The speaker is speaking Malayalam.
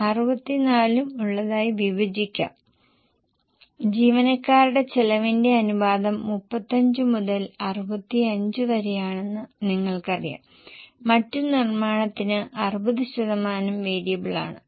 അതിനാൽ ഇപ്പോൾ ഞങ്ങൾ അത് വിൽപനക്കായി എടുത്തിരിക്കുന്നു വിൽപ്പനയ്ക്കായി നിങ്ങൾ രണ്ട് കാര്യങ്ങൾ ചെയ്യേണ്ടതുണ്ട് വിൽപ്പനയുടെയും അഡ്മിനിൻ്റെയും ചെലവ് ഒരുമിച്ച് 596 നൽകിയിരിക്കുന്നു അവർ വിൽപ്പനയ്ക്ക് 80 ശതമാനവും അഡ്മിന് 20 ശതമാനവും ബ്രേക്ക്അപ്പ് നൽകിയിട്ടുണ്ട്